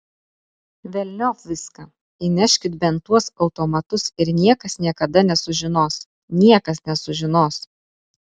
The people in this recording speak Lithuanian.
velniop viską įneškit bent tuos automatus ir niekas niekada nesužinos niekas nesužinos